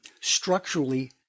structurally